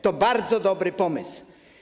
To bardzo dobry pomysł.